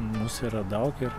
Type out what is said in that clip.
mūsų yra daug ir